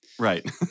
Right